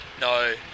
No